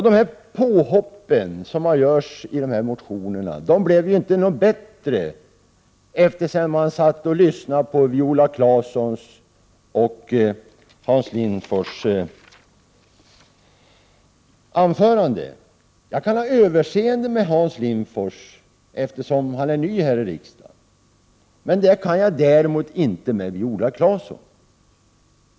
De påhopp som görs i dessa motioner blev inte bättre efter Viola Claessons och Hans Lindforss anföran 161 den. Jag kan ha överseende med Hans Lindforss, eftersom han är ny här i riksdagen, men det kan jag däremot inte ha med Viola Claesson.